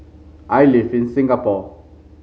I live in Singapore